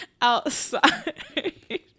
Outside